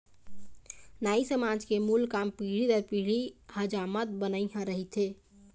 नाई समाज के मूल काम पीढ़ी दर पीढ़ी हजामत बनई ह रहिथे